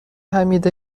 حمید